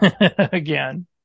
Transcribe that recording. again